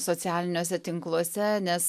socialiniuose tinkluose nes